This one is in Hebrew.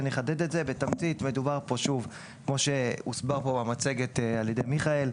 כמו שהוסבר במצגת על ידי מיכאל,